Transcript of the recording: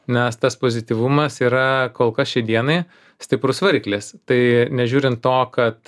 nes tas pozityvumas yra kol kas šiai dienai stiprus variklis tai nežiūrint to kad